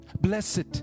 Blessed